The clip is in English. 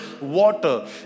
water